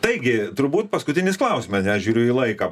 taigi turbūt paskutinis klausimas nes žiūriu į laiką